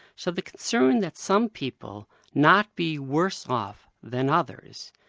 so the concern that some people, not be worse off than others,